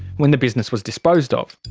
when the business was disposed of.